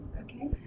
Okay